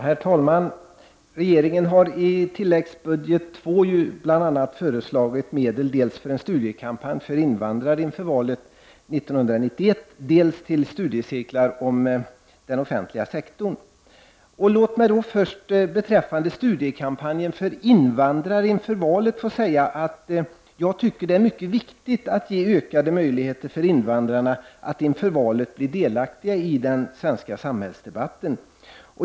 Herr talman! Regeringen har i tilläggsbudget II bl.a. föreslagit medel dels för en studiekampanj för invandrare inför valet 1991, dels till studiecirklar om den offentliga sektorn. Låt mig först beträffande studiekampanjen för invandrare inför valet säga att jag anser att det är mycket viktigt att ge ökade möjligheter för invandrarna att inför valet bli delaktiga i den svenska samhällsdebatten.